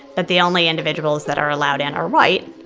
but the only individuals that are allowed in are white.